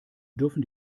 dürfen